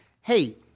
hey